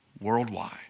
worldwide